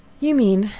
you mean,